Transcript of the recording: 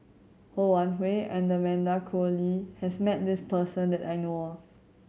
Ho Wan Hui and Amanda Koe Lee has met this person that I know of